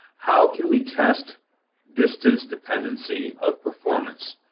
how can we test distance dependency of performance?